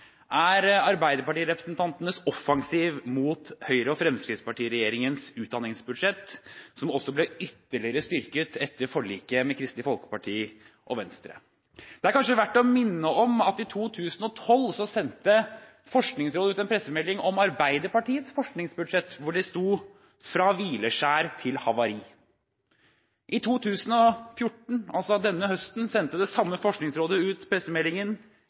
er arbeiderpartirepresentantenes offensiv mot Høyre–Fremskrittspartiregjeringens utdanningsbudsjett, som også ble ytterligere styrket etter forliket med Kristelig Folkeparti og Venstre. Det er kanskje verdt å minne om at i 2012 sendte Forskningsrådet ut en pressemelding om Arbeiderpartiets forskningsbudsjett, hvor det sto Fra hvileskjær til havari. I 2014 – altså denne høsten – sendte det samme forskningsrådet ut